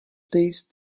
these